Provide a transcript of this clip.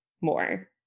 more